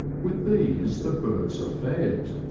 with these the birds are fed,